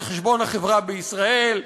על חשבון החברה בישראל,